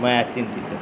मया चिन्तितम्